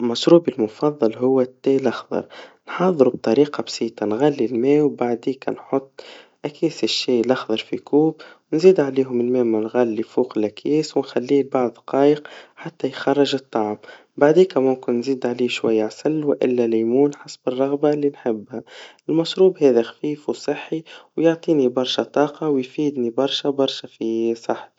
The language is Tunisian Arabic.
مشروبي المفضل هو الشاي الاخضر, نحضروا بطريقا بسيطا, نغلي الما وبعديكا نحط أكياس الشاي الاخضر في كوب, ونزيد عليهم الما المنغلي فوق الاكياس, ونخلي اربع دقايق, حت يخرج التعب, بعديكا ممكن نزيد عليه شويا عسل, وإلا ليمون, حسب الرغبا اللي نحبها, المشروب هذا خفيف وصحي, ويعطيني برشا طاقا, ويفيدني برشا برشا في صحتي.